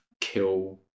kill